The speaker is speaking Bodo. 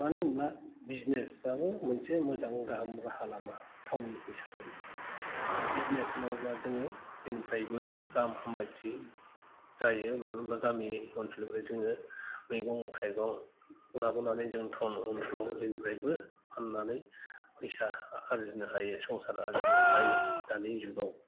मानो होमब्ला बिजिनेसाबो मोनसे मोजां गाहाम राहा लामा टाउन हिसाबै बिजिनेस मावोब्ला जोङो जेनिफ्रायबो गाहाम हामलायथि जायो मानो होमब्ला गामि ओनसोलनिफ्राय जोङो मैगं थाइगं लाबोनानै जों टाउन अनसोलाव जेनिफ्रायबो फान्नानै फैसा आर्जिनो हायो संसार आर्जिनो हायो दानि जुगाव